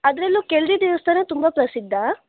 ಅದರಲ್ಲೂ ಕೆಳದಿ ದೇವಸ್ಥಾನ ತುಂಬ ಪ್ರಸಿದ್ದ